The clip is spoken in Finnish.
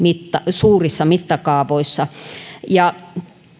suurissa mittakaavoissa